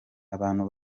abantu